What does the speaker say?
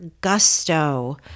Gusto